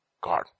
God